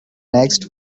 next